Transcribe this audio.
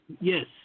yes